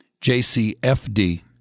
JCFD